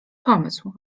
pomysł